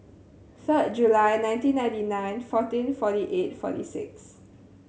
third July nineteen ninety nine fourteen forty eight forty six